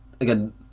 Again